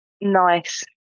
Nice